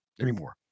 anymore